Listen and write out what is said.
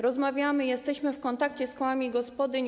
Rozmawiamy, jesteśmy w kontakcie z kołami gospodyń.